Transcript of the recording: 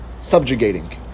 subjugating